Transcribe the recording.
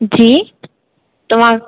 जी तव्हां